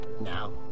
now